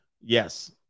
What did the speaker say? Yes